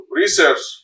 research